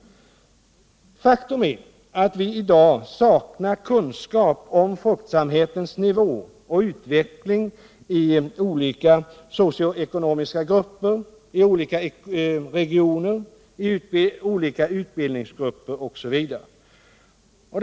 Faktum är att vi i dag saknar kunskap om fruktsamhetens nivå och utveckling i olika socioekonomiska grupper, i olika regioner, i olika utbildningsgrupper etc.